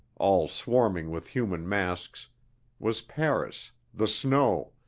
all swarming with human masks was paris, the snow,